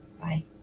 Bye